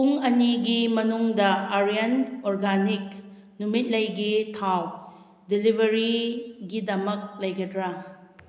ꯄꯨꯡ ꯑꯅꯤꯒꯤ ꯃꯅꯨꯡꯗ ꯑꯔꯤꯌꯥꯟ ꯑꯣꯒꯥꯔꯅꯤꯛ ꯅꯨꯃꯤꯠ ꯂꯩꯒꯤ ꯊꯥꯎ ꯗꯤꯂꯤꯕꯔꯤ ꯒꯤꯗꯃꯛ ꯂꯩꯒꯗ꯭ꯔꯥ